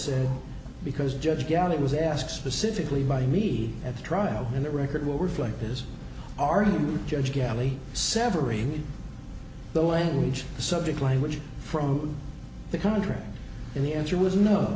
said because judge gannett was asked specifically by me at the trial and the record will reflect this are the judge galley severing the language subject language from the country and the answer was no